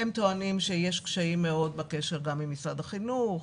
הם טוענים שיש קשיים מאוד בקשר גם עם משרד החינוך.